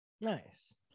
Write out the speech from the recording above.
nice